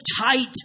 tight